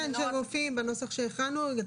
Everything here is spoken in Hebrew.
שהם מופיעים בנוסח שהכנו.